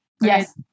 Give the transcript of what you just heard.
Yes